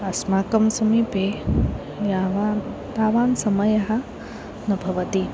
अस्माकं समीपे यावान् तावान् समयः न भवति